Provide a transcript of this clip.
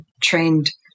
trained